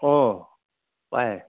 অ' পাই